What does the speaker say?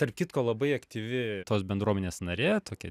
tarp kitko labai aktyvi tos bendruomenės narė tokia